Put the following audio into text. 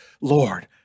Lord